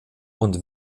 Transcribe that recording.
und